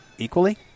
Equally